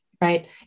right